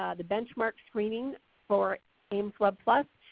um the benchmark screening for aimswebplus.